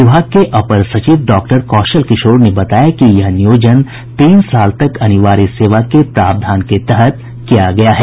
विभाग के अपर सचिव डॉक्टर कौशल किशोर ने बताया कि यह नियोजन तीन साल तक अनिवार्य सेवा के प्रावधान के तहत किया गया है